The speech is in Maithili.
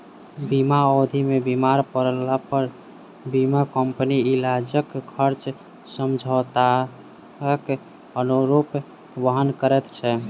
बीमा अवधि मे बीमार पड़लापर बीमा कम्पनी इलाजक खर्च समझौताक अनुरूप वहन करैत छै